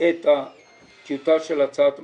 את טיוטת הצעת המחליטים.